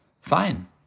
Fine